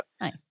Nice